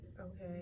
Okay